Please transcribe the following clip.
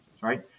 right